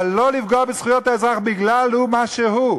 אבל לא לפגוע בזכויות האזרח בגלל מה שהוא.